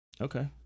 Okay